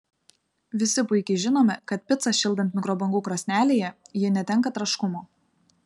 visi puikiai žinome kad picą šildant mikrobangų krosnelėje ji netenka traškumo